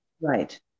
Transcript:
right